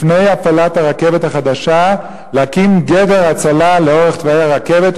לפני הפעלת הרכבת החדשה להקים גדר הצלה לאורך תוואי הרכבת,